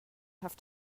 have